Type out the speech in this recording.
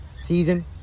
season